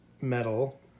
metal